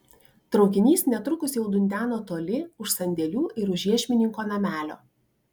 traukinys netrukus jau dundeno toli už sandėlių ir už iešmininko namelio